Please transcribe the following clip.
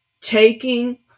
taking